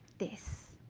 this.